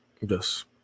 Yes